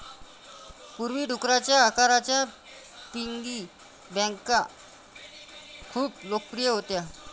पूर्वी, डुकराच्या आकाराच्या पिगी बँका खूप लोकप्रिय होत्या